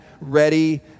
ready